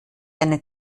einen